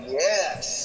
yes